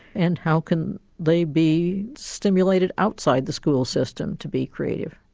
and how can they be stimulated outside the school system to be creative?